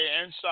inside